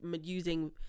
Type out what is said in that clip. using